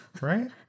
Right